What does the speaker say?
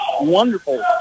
wonderful